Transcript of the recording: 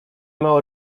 mało